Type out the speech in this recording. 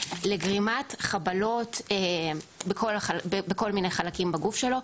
לגרימת חבלות בכל מיני חלקים בגוף שלו,